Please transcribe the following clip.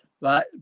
Right